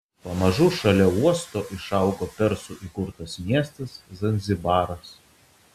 pamažu šalia uosto išaugo persų įkurtas miestas zanzibaras